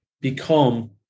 become